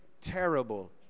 terrible